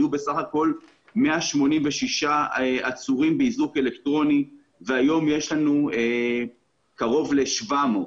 היו בסך הכול 186 עצורים באיזוק אלקטרוני והיום יש לנו קרוב ל-700.